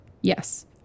Yes